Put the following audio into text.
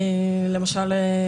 למשל,